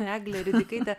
eglė ridikaitė